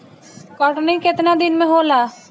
कटनी केतना दिन मे होला?